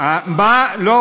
מה הוא יעשה?